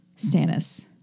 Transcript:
Stannis